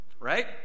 right